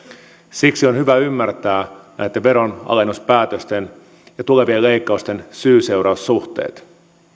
siksi on hyvä ymmärtää näitten veronalennuspäätösten ja tulevien leikkausten syy seuraus suhteet